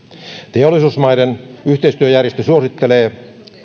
teollisuusmaiden yhteistyöjärjestö suosittelee